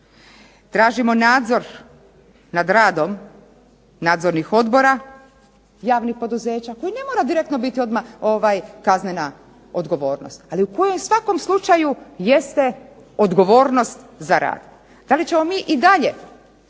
tražimo nadzor nad radom nadzornih odbora javnih poduzeća koji ne mora direktno biti odmah kaznena odgovornost ali u kojoj u svakom slučaju jeste odgovornost za rad. Da li ćemo mi i dalje